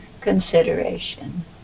consideration